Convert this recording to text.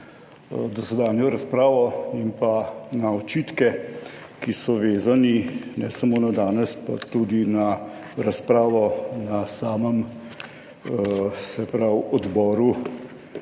dosedanjo razpravo in pa na očitke, ki so vezani ne samo na danes, ampak tudi na razpravo na samem,